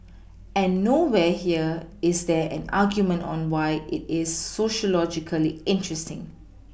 and nowhere here is there an argument on why it is sociologically interesting